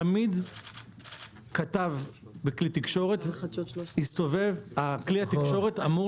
תמיד כתב בכלי תקשורת כלי התקשורת אמור